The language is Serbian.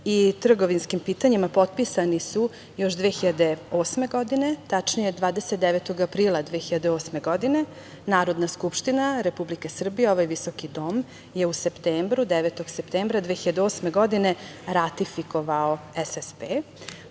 i trgovinskim pitanjima potpisani su još 2008. godine, tačnije 29. aprila 2008. godine. Narodna skupština Republike Srbije, ovaj visoki dom je u septembru, 9. septembra 2008. godine ratifikovao SSP.